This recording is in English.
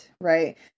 Right